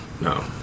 no